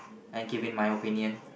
I'm giving my opinion